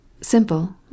simple